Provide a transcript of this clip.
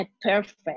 perfect